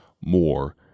more